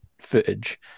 footage